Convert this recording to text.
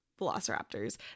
Velociraptors